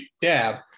dab